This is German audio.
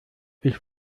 ich